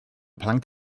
plank